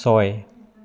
ছয়